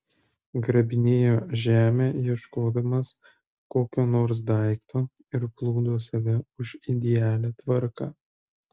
grabinėjo žemę ieškodamas kokio nors daikto ir plūdo save už idealią tvarką